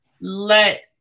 let